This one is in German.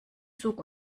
zug